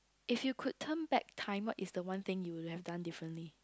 if you could turn back time what is the one thing you will have done differently